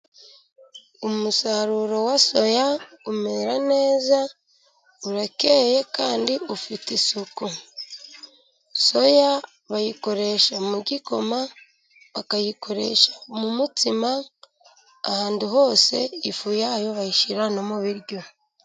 Umusaruro wa soya umeze neza urakeye kandi ufite isuku. Soya bayikoresha mu gikoma, bakayikoresha mu mutsima ahantu hose, ifu yayo bayishyira no mu biryo.